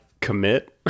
commit